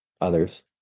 others